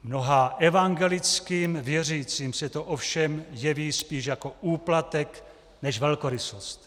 Mnoha evangelickým věřícím se to ovšem jeví spíš jako úplatek než velkorysost.